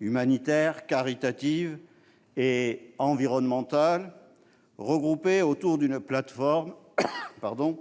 humanitaires, caritatives et environnementales regroupées autour d'une plateforme coordonnée